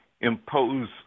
impose